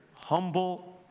humble